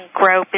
grow